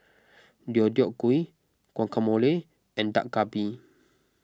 Deodeok Gui Guacamole and Dak Galbi